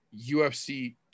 ufc